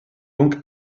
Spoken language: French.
donc